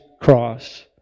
cross